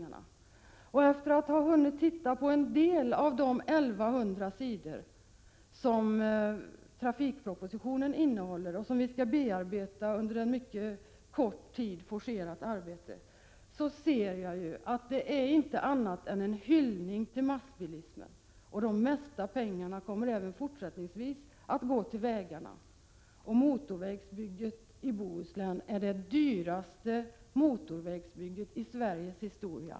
När jag tittar på några av de 1 100 sidor som trafikpropositionen omfattar, som vi skall bearbeta under mycket kort tid av forcerat arbete, ser jag att det inte är annat än en hyllning till massbilismen och att de mesta pengarna även fortsättningsvis kommer att gå till vägarna. Motorvägsbygget i Bohuslän är det dyraste motorvägsbygget i Sveriges historia.